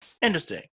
interesting